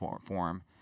form